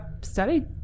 studied –